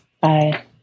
Bye